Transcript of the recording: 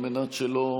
על מנת שלא